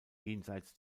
jenseits